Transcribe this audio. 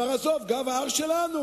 הם אמרו: עזוב, גב ההר שלנו,